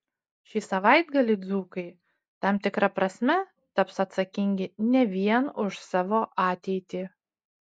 šį savaitgalį dzūkai tam tikra prasme taps atsakingi ne vien už savo ateitį